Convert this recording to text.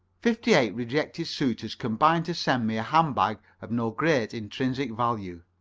fifty-eight rejected suitors combined to send me a hand-bag of no great intrinsic value.